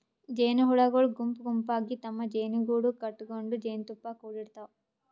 ಜೇನಹುಳಗೊಳ್ ಗುಂಪ್ ಗುಂಪಾಗಿ ತಮ್ಮ್ ಜೇನುಗೂಡು ಕಟಗೊಂಡ್ ಜೇನ್ತುಪ್ಪಾ ಕುಡಿಡ್ತಾವ್